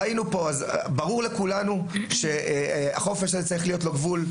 ברור לכולנו שלחופש צריך להיות גבול.